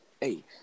Hey